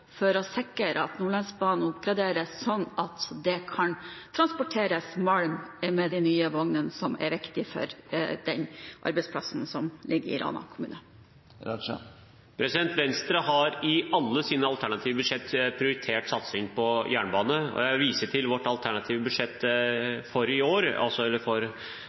for å sikre at Nordlandsbanen oppgraderes, sånn at det kan transporteres malm med de nye vognene, som er viktig for den arbeidsplassen som ligger i Rana kommune. Venstre har i alle sine alternative budsjett prioritert satsing på jernbane, og jeg vil vise til vårt alternative budsjett for året som kommer, hvor vi på dette området, altså